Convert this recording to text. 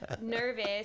nervous